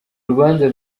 rubanza